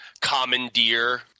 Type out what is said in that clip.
Commandeer